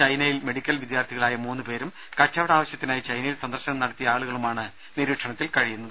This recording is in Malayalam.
ചൈനയിൽ മെഡിക്കൽ വിദ്യാർത്ഥികളായ മൂന്നു പേരും കച്ചവട ആവശ്യത്തിനായി ചൈനയിൽ സന്ദർശനം നടത്തിയ ആളുകളുമാണ് നിരീക്ഷണത്തിൽ കഴിയുന്നത്